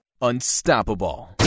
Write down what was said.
unstoppable